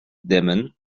dimmen